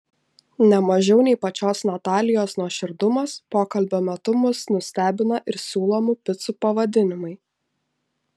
ne mažiau nei pačios natalijos nuoširdumas pokalbio metu mus nustebina ir siūlomų picų pavadinimai